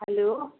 hello